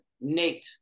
Nate